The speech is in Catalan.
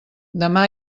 demà